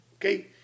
okay